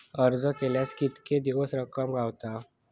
अर्ज केल्यार कीतके दिवसात रक्कम गावता?